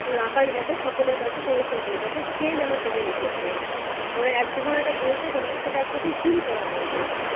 সেই আঁকার এটাকে সকলের কাছে প্রদর্শন করলো যাতে সে যেন সেটা এঁকেছে মানে এক ধরনের এটা বলতে গেলে সেটা এক রকম চুরি করা বোঝায়